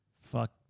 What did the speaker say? Fuck